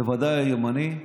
בוודאי הימני.